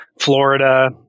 Florida